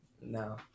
No